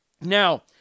Now